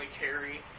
carry